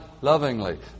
lovingly